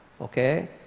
okay